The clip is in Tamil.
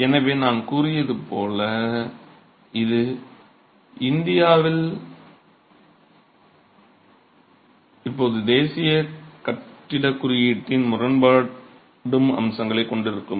எனவே நான் கூறியது போல இது இந்தியாவில் இப்போது தேசிய கட்டிடக் குறியீட்டுடன் முரண்படும் அம்சங்களைக் கொண்டிருக்கும்